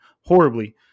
horribly